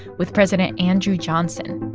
with president andrew johnson.